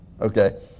Okay